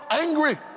angry